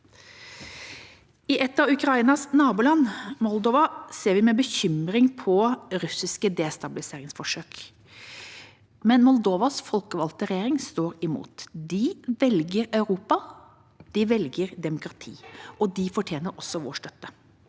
I et av Ukrainas naboland, Moldova, ser vi med bekymring på russiske destabiliseringsforsøk, men Moldovas folkevalgte regjering står imot. De velger Europa. De velger demokrati. De fortjener også vår støtte.